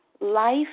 Life